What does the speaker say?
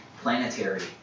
planetary